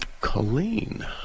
Colleen